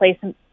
place